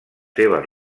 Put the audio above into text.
seves